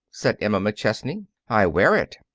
said emma mcchesney i wear it.